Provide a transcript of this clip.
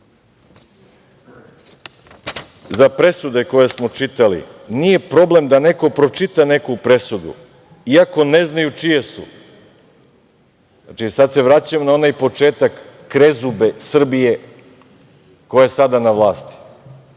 za presude koje smo čitali, nije problem da neko pročita neku presudu iako ne znaju čije su, znači sada se vraćam na onaj početak krezube Srbije koja je sada na vlasti,